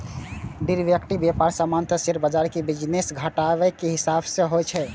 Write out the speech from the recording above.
derivative व्यापार सामान्यतः share बाजार के बिजनेस घंटाक हिसाब सं होइ छै